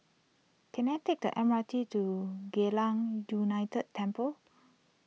can I take the M R T to Geylang United Temple